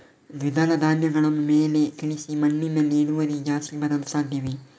ದ್ವಿದಳ ಧ್ಯಾನಗಳನ್ನು ಮೇಲೆ ತಿಳಿಸಿ ಮಣ್ಣಿನಲ್ಲಿ ಇಳುವರಿ ಜಾಸ್ತಿ ಬರಲು ಸಾಧ್ಯವೇ?